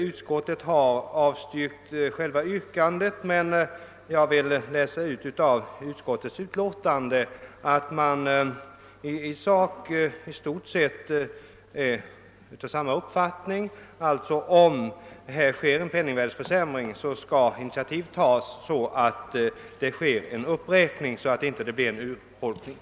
Utskottet har avstyrkt själva yrkandet, men jag vill ur utlåtandet läsa ut att utskottet i sak i stort sett är av samma uppfattning, nämligen att om det inträffar en penningvärdeförsämring skall initiativ tas till en uppräkning, så att ersättningen inte urholkas.